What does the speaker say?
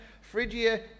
Phrygia